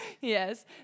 Yes